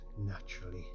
naturally